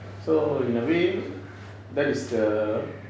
so in a way that is the